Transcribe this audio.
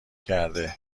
کرده